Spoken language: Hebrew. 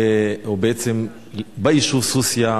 או בעצם ביישוב סוסיא,